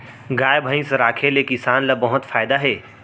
गाय भईंस राखे ले किसान ल बहुत फायदा हे